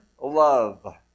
love